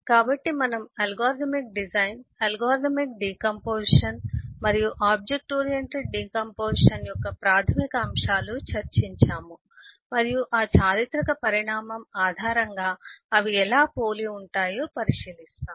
కాబట్టి మనము algorithmic design algorithmic decomposition మరియు ఆబ్జెక్ట్ ఓరియెంటెడ్ డికాంపొజిషన్ యొక్క ప్రాథమిక అంశాలు చర్చించాము మరియు ఆ చారిత్రక పరిణామం ఆధారంగా అవి ఎలా పోలి ఉంటాయో పరిశీలిస్తాము